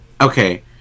okay